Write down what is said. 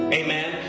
amen